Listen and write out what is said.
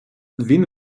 він